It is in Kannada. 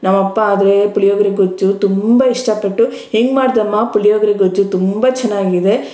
ನಮ್ಮಪ್ಪ ಆದರೆ ಪುಳಿಯೋಗ್ರೆ ಗೊಜ್ಜು ತುಂಬ ಇಷ್ಟಪಟ್ಟು ಹೆಂಗೆ ಮಾಡಿದ್ಯಮ್ಮ ಪುಳಿಯೋಗ್ರೆ ಗೊಜ್ಜು ತುಂಬ ಚೆನ್ನಾಗಿದೆ